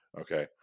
Okay